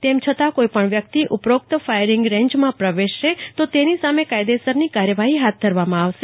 તેમ છતાં કોઇપણ વ્યકિત ઉપરોકત ફાયરીંગ રેંજમાં પ્રવેશશે તો તેની સામે કાયદેસરની કાર્યવાફીફાથ ધરવામાં આવશે